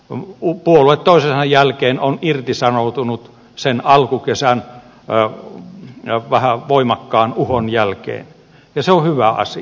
puolue toisensa jälkeen on irtisanoutunut sen alkukesän vähän voimakkaan uhon jälkeen ja se on hyvä asia